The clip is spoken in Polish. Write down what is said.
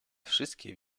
wszystkie